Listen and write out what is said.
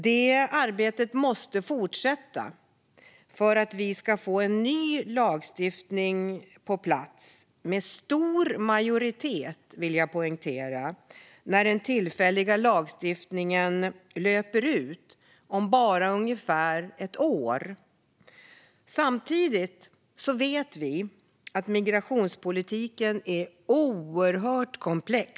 Detta arbete måste fortsätta för att vi ska få en ny lagstiftning på plats - med stor majoritet, vill jag poängtera - när den tillfälliga lagstiftningen löper ut om bara ungefär ett år. Samtidigt vet vi att migrationspolitiken är oerhört komplex.